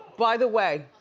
by the way,